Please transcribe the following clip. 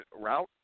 route